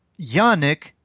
Yannick